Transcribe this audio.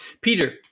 Peter